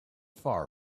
far